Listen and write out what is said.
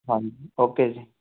ਹਾਂਜੀ ਓਕੇ ਜੀ